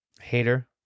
Hater